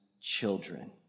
children